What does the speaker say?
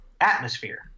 atmosphere